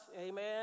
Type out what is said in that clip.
Amen